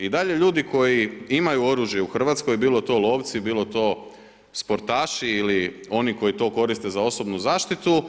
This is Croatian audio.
I dalje ljudi koji imaju oružje u Hrvatskoj bilo to lovci, bilo do sportaši ili oni koji to koriste za osobnu zaštitu